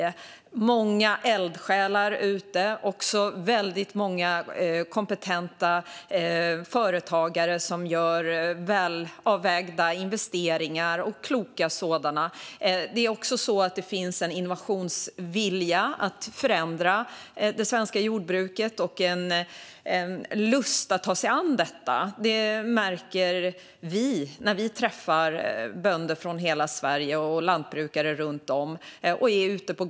Det finns många eldsjälar och många kompetenta företagare som gör väl avvägda och kloka investeringar. Det finns också en innovationsvilja när det gäller att förändra det svenska jordbruket och en lust att ta sig an detta. Det märker vi när vi är ute på gårdar och träffar lantbrukare runt om i hela Sverige.